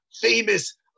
famous